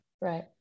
right